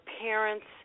parents